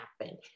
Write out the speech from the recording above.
happen